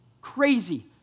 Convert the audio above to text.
crazy